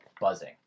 buzzing